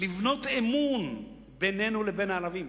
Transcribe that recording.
לבנות אמון בינינו לבין הערבים,